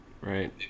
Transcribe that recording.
right